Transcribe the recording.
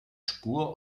spur